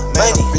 money